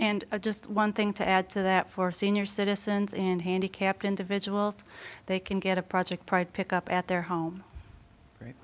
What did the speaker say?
and just one thing to add to that for senior citizens and handicapped individuals they can get a project pride pick up at their home right